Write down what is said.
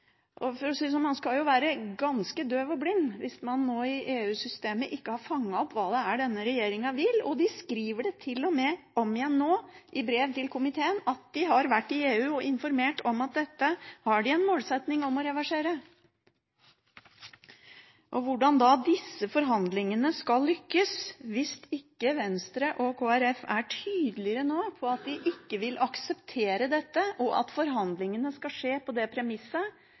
For å si det sånn: Man skal være ganske døv og blind hvis man ikke nå i EU-systemet har fanget opp hva det er denne regjeringen vil, og de skriver det til og med om igjen nå, i brev til komiteen, at de har vært i EU og informert om at de har de en målsetting om å reversere dette. Hvordan skal disse forhandlingene da lykkes, hvis ikke Venstre og Kristelig Folkeparti nå er tydeligere på at de ikke vil akseptere dette, og at forhandlingene skal skje på det premisset